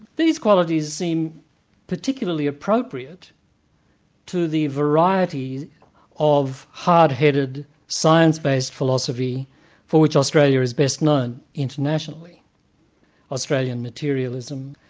these qualities seem particularly appropriate to the variety of hard-headed science-based philosophy for which australia is best-known internationally australian materialism,